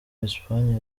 espagne